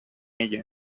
ella